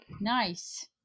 nice